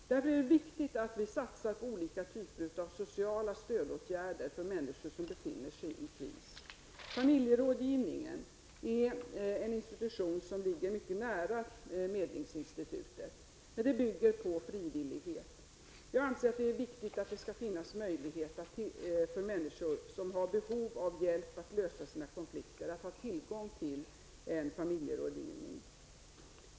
Det är därför viktigt att vi satsar på olika typer av sociala stödåtgärder för människor som befinner sig i kris. Familjerådgivningen är en institution som ligger mycket nära medlingsinstitutet, men det bygger på frivillighet. Jag anser att det är viktigt att det skall finnas möjligheter för människor som har behov av hjälp för att lösa sina konflikter att ha tillgång till en familjerådgivning.